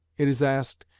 it is asked,